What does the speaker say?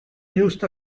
used